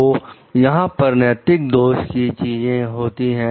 तो यहां पर नैतिक दोष की चीजें होती हैं